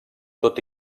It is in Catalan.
tot